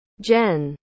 Jen